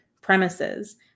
premises